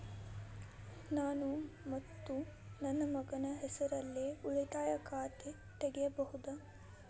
ನಾನು ಮತ್ತು ನನ್ನ ಮಗನ ಹೆಸರಲ್ಲೇ ಉಳಿತಾಯ ಖಾತ ತೆಗಿಬಹುದ?